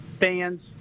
Fans